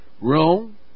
Rome